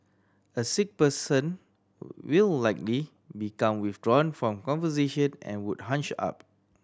a sick person will likely become withdrawn from conversation and would hunch up